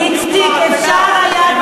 איציק, אפשר היה.